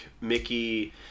Mickey